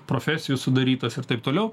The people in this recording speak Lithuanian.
profesijų sudarytas ir taip toliau